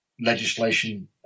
legislation